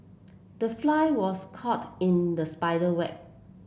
the fly was caught in the spider web